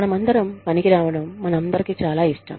మనమందరం పనికి రావడం మన అందరికీ చాలా ఇష్టం